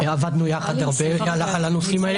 עבדנו יחד הרבה על הנושאים האלה.